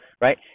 right